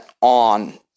on